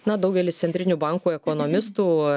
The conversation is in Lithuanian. na daugelis centrinių bankų ekonomistų